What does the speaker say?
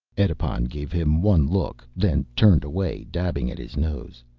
edipon gave him one look, then turned away dabbing at his nose.